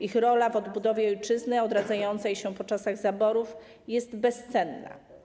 Ich rola w odbudowie ojczyzny odradzającej się po czasach zaborów jest bezcenna.